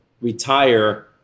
retire